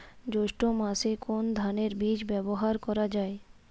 জৈষ্ঠ্য মাসে কোন ধানের বীজ ব্যবহার করা যায়?